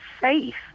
safe